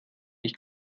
ich